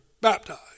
baptized